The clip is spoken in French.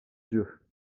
dieu